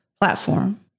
platform